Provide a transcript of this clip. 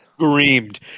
screamed